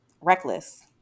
reckless